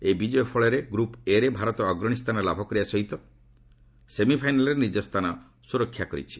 ଏହି ବିଜୟ ଫଳରେ ଗ୍ରୁପ୍ ଏ ରେ ଭାରତ ଅଗ୍ରଣୀ ସ୍ଥାନ ଲାଭ କରିବା ସହିତ ସେମିଫାଇନାଲ୍ରେ ନିଜର ସ୍ଥାନ ସୁରକ୍ଷା କରିଛି